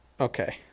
Okay